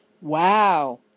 Wow